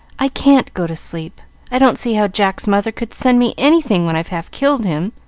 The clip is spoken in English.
i can't go to sleep i don't see how jack's mother could send me anything when i've half killed him.